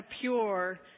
pure